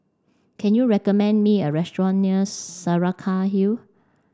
can you recommend me a restaurant near Saraca Hill